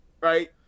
right